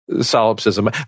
solipsism